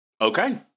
okay